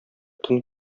төн